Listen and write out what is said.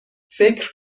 فکر